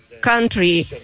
country